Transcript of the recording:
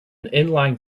inline